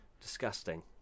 Disgusting